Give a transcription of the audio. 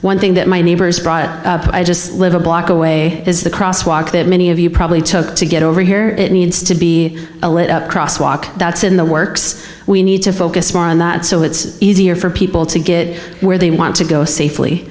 one thing that my neighbors just live a block away is the cross walk that many of you probably took to get over here it needs to be a lit up crosswalk that's in the works we need to focus upon that so it's easier for people to get where they want to go safely